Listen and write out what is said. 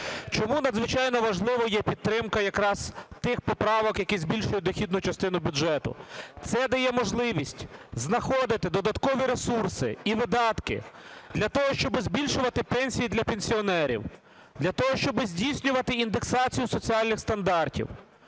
Чому надзвичайно важливою є підтримка якраз тих поправок, які збільшують дохідну частину бюджету? Це дає можливість знаходити додаткові ресурси і видатки для того, щоби збільшувати пенсії для пенсіонерів; для того, щоби здійснювати індексацію соціальних стандартів;